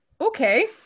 Okay